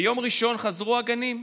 ביום ראשון חזרו הגנים: